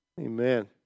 Amen